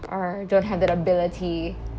or don't have that ability